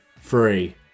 free